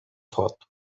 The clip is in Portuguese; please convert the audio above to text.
foto